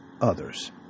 others